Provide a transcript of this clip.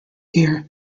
heir